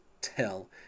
tell